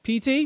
PT